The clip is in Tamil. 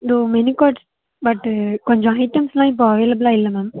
மெனு கார்ட் பட்டு கொஞ்சம் ஐட்டம்ஸ்லாம் இப்போ அவைலபிளா இல்லை மேம்